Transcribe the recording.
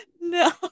No